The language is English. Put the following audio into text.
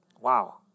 Wow